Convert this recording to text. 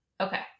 Okay